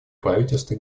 правительства